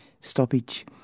Stoppage